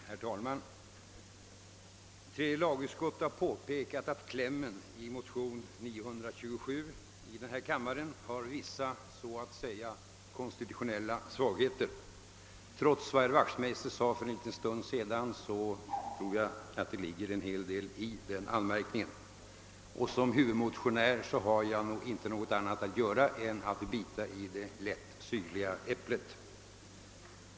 Herr talman! Tredje lagutskottet har påpekat att klämmen i motion I1:927 har vissa konstitutionella svagheter. Trots det herr Wachtmeister sade för en stund sedan tror jag det ligger en hel del i utskottets anmärkning. Som huvudmotionär har jag inte något annat att göra än att bita i det lätt syrliga äpplet.